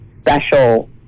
special